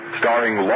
starring